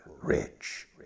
Rich